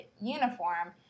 uniform